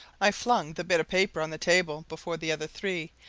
i flung the bit of paper on the table before the other three,